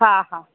हा हा